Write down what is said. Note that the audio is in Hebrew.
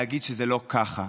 להגיד שזה לא ככה.